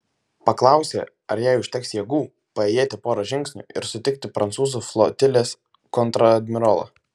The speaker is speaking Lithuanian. paklausė ar jai užteks jėgų paėjėti porą žingsnių ir sutikti prancūzų flotilės kontradmirolą